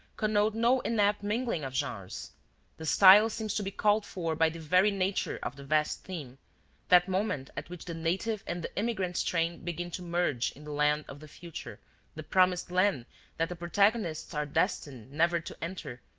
connote no inept mingling of genres the style seems to be called for by the very nature of the vast theme that moment at which the native and the immigrant strain begin to merge in the land of the future the promised land that the protagonists are destined never to enter,